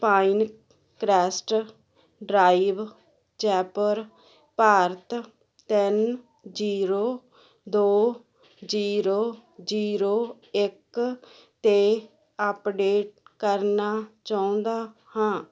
pine crest drive Jaipur Bharat ਤਿੰਨ zero ਦੋ zero zero ਇੱਕ 'ਤੇ ਅਪਡੇਟ ਕਰਨਾ ਚਾਹੁੰਦਾ ਹਾਂ